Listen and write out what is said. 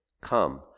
Come